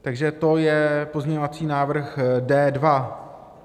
Takže to je pozměňovací návrh D2.